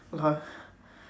!wah!